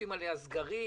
שעושים עליה סגרים?